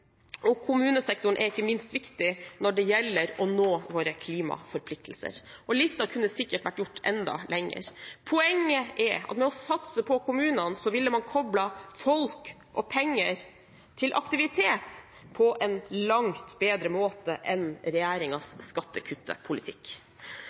og kommunesektoren er ikke minst viktig når det gjelder å nå våre klimaforpliktelser. Listen kunne sikkert vært gjort enda lenger. Poenget er at ved å satse på kommunene ville man koblet folk og penger til aktivitet på en langt bedre måte enn